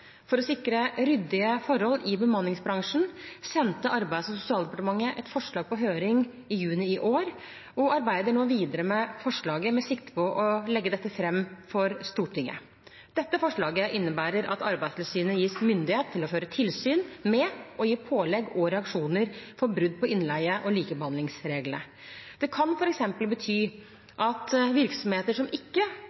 For å sikre ryddige forhold i bemanningsbransjen sendte Arbeids- og sosialdepartementet et forslag på høring i juni i år, og arbeider nå videre med forslaget med sikte på legge dette fram for Stortinget. Forslaget innebærer at Arbeidstilsynet gis myndighet til å føre tilsyn med og gi pålegg og reaksjoner for brudd på innleie- og likebehandlingsreglene. Det kan f.eks. bety